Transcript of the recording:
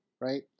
Right